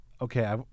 okay